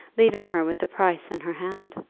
leaving her with the price in her hand!